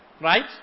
Right